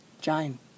Jane